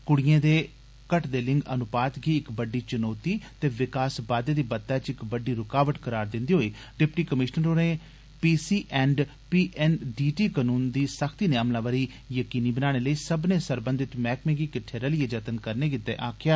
कुड़िए दे घटदे लिंग अनुपात गी इक बड्डी चुनौती ते विकास बाद्दे दी बत्तै पर इक बड्डी रूकावट करार दिंदे होई डिप्टी कमिषनर होरें पीसी एंड पीएनडीटी कानून दी सख्ती कन्नै अमलावरी यकीनी बनाने लेई सब्मनें सरबंधत मैहकमें गी किट्ठे रलियै जतन करने गितै आखेआ